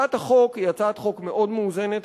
הצעת החוק היא הצעת חוק מאוד מאוזנת,